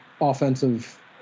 offensive